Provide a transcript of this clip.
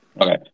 Okay